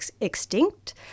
extinct